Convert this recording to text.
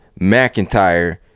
McIntyre